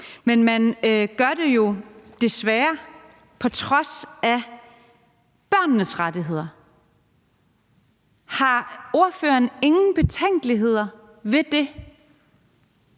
Men man gør det jo desværre på trods af børnenes rettigheder. Har ordføreren ingen betænkeligheder ved det?